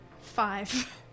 five